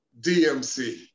DMC